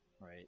right